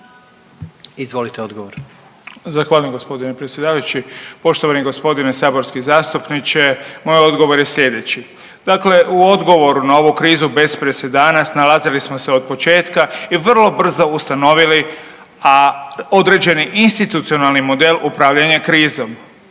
Vili (HDZ)** Zahvaljujem g. predsjedavajući. Poštovani g. saborski zastupniče, moj odgovor je slijedeći. Dakle u odgovoru na ovu krizu bez presedana snalazili smo se od početka i vrlo brzo ustanovili određeni institucionalni model upravljanja krizom,